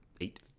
Eight